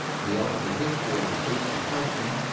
the ultimate history of the priest in ques tion,